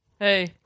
Hey